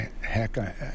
Heck